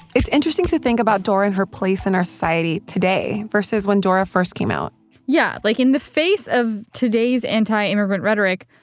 it's interesting to think about dora and her place in our society today versus when dora first came out yeah. like, in the face of today's anti-immigrant rhetoric,